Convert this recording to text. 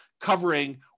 covering